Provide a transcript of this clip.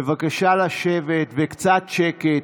בבקשה לשבת, וקצת שקט.